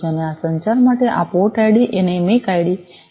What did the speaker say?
અને આ સંચાર માટે આ પોર્ટ આઈડી અને મેક આઈડી જરૂરી છે